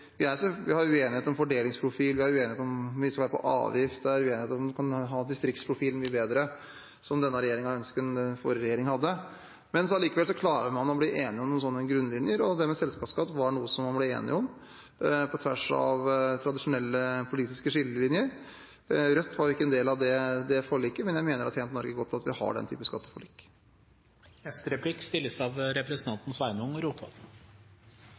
vi, selv om vi har uenigheter – om fordelingsprofil, om hvor mye avgifter en skal ha, om distriktsprofilen, som denne regjeringen ønsker skal være bedre enn under den forrige regjeringen – likevel klarer å bli enige om noen slike grunnlinjer. Det med selskapsskatt var noe som man ble enig om på tvers av tradisjonelle politiske skillelinjer. Rødt var ikke en del av det forliket. Men jeg mener det har tjent Norge godt at vi har den typen skattepolitikk. Nokon av dei som har vorte aller hardast ramma av